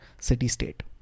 city-state